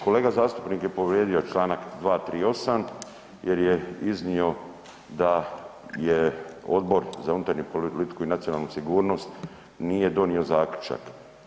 Kolega zastupnik je povrijedio čl. 238. jer je iznio da je Odbor za unutarnju politiku i nacionalnu sigurnost nije donio zaključak.